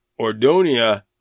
Ordonia